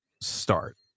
start